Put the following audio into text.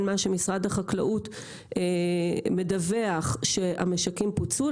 מה שמשרד החקלאות מדווח שהמשקים פוצו,